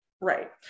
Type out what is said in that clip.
Right